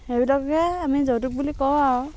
সেইবিলাককে আমি যৌতুক বুলি কওঁ আৰু